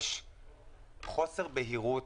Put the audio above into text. יש חוסר בהירות